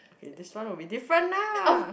okay this one would be different lah